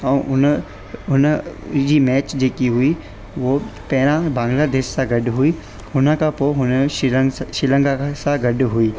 ऐं उन हुनजी मैच जेकी हुई उओ पहिरां बांग्लादेश सां गॾु हुई हुनखां पोइ हुन श्रीलांक श्रीलंका सां गॾु हुई